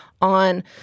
on